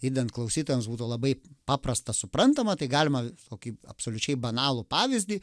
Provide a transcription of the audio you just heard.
idant klausytojams būtų labai paprasta suprantama tai galima kokį absoliučiai banalų pavyzdį